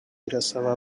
irasaba